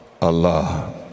Allah